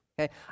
okay